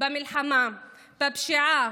במלחמה בפשיעה,